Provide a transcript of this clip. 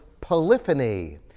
polyphony